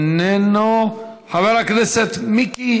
איננו, חבר הכנסת מיקי